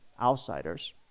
outsiders